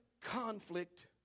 conflict